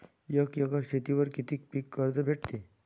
एक एकर शेतीवर किती पीक कर्ज भेटते?